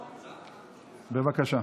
בבקשה.